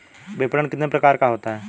विपणन कितने प्रकार का होता है?